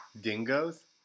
dingoes